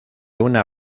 una